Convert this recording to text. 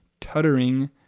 tuttering